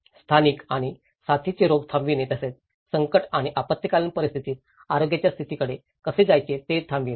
स्थानिक आणि साथीचे रोग थांबविणे तसेच संकट आणि आपत्कालीन परिस्थितीतील आरोग्याच्या स्थितीकडे कसे जायचे ते थांबविणे